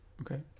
Okay